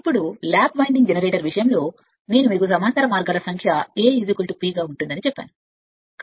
ఇప్పుడు lap winding generator కోసం నేను మీకు సమాంతర మార్గాల సంఖ్య A P గా ఉంటుందని చెప్పాను